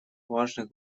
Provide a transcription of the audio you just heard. важных